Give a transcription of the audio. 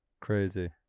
Crazy